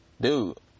dude